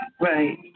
Right